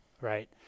right